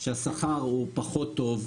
שהשכר הוא פחות טוב,